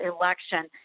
election